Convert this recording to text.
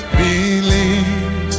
believe